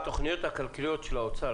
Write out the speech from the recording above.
בתוכניות הכלכליות של האוצר,